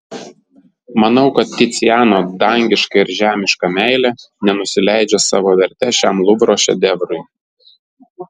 manau kad ticiano dangiška ir žemiška meilė nenusileidžia savo verte šiam luvro šedevrui